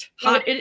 Hot